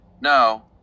No